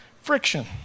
friction